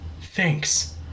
Thanks